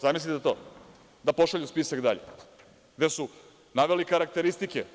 Zamislite to da pošalju spisak dalje gde su naveli karakteristike.